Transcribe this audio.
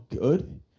good